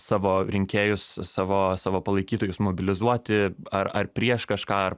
savo rinkėjus savo savo palaikytojus mobilizuoti ar ar prieš kažką